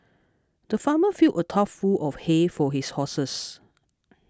the farmer filled a tough full of hay for his horses